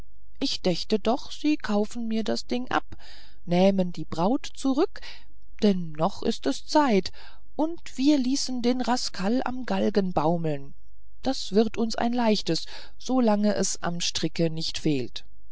ich dächte noch sie kauften mir das ding ab nähmen die braut zurück denn noch ist es zeit und wir ließen den rascal am galgen baumeln das wird uns ein leichtes so lange es am stricke nicht fehlt